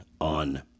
on